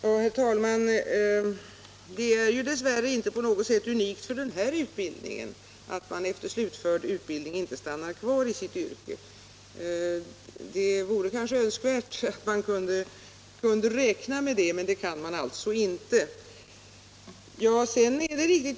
Herr talman! Det är dess värre inte på något sätt unikt för det här utbildningsområdet att man efter slutförd utbildning inte stannar kvar i sitt yrke. Det vore kanske önskvärt att man kunde räkna med det, men det kan man alltså inte.